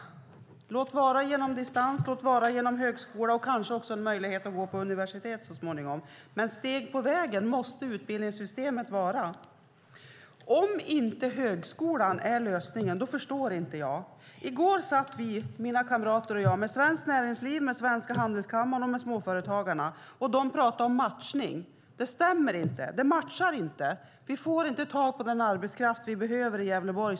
Låt vara att utbildning sker på distans och genom högskolan. Kanske blir det även en möjlighet att gå på universitet så småningom. Men utbildningssystemet måste vara steg på vägen. Om högskolan inte är lösningen förstår jag inte detta. I går satt mina kamrater och jag med Svenskt Näringsliv, med handelskammaren och med Småföretagarna. De talade om matchning. Men det stämmer inte. Det matchar inte. De sade att de inte får tag på den arbetskraft som de behöver i Gävleborg.